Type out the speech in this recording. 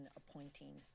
appointing